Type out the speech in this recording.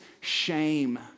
shame